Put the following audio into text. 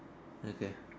okay